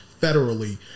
federally